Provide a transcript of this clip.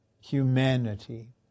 Humanity